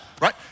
right